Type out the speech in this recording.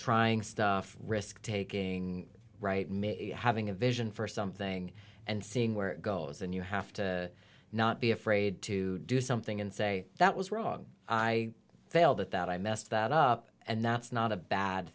trying stuff risk taking right having a vision for something and seeing where it goes and you have to not be afraid to do something and say that was wrong i failed at that i messed that up and that's not a bad